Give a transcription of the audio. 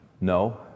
No